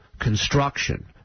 construction